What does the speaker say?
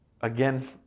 again